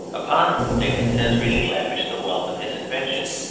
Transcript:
upon whom dickens has really lavished the wealth of his invention,